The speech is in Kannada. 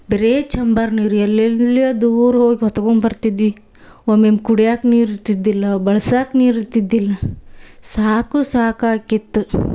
ಬರೇ ಚಂಬರ್ ನೀರು ಎಲ್ಲೆಲ್ಲೋ ದೂರ ಹೋಗಿ ಹೊತ್ಕೊಂಡ್ಬರ್ತಿದ್ವಿ ಒಮ್ಮೊಮ್ಮೆ ಕುಡಿಯಾಕೆ ನೀರು ಇರ್ತಿದ್ದಿಲ್ಲ ಬಳ್ಸಾಕ್ಕೆ ನೀರು ಇರ್ತಿದ್ದಿಲ್ಲ ಸಾಕು ಸಾಕು ಆಕಿತ್ತು